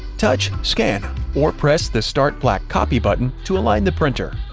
touch scan or press the start black copy button to align the printer.